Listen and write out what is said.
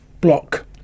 block